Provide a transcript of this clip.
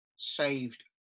saved